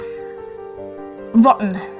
Rotten